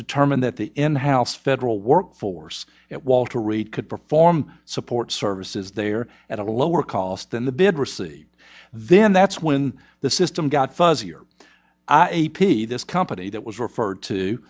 determined that the in house federal workforce at walter reed could perform support services there at a lower cost than the bid received then that's when the system got fuzzier a p this company that was referred to